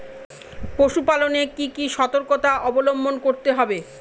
পশুপালন এ কি কি সর্তকতা অবলম্বন করতে হবে?